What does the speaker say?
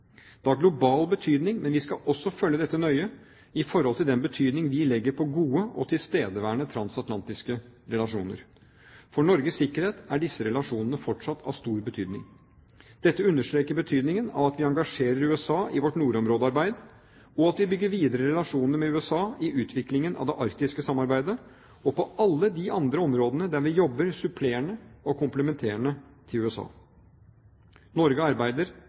Det har global betydning, men vi skal også følge dette nøye i forhold til den betydningen vi legger på gode og tilstedeværende transatlantiske relasjoner. For Norges sikkerhet er disse relasjonene fortsatt av stor betydning. Dette understreker betydningen av at vi engasjerer USA i vårt nordområdesamarbeid, og at vi bygger videre relasjoner med USA i utviklingen av det arktiske samarbeidet og på alle de andre områdene der vi jobber supplerende og komplementært til USA. Norge arbeider